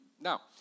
Now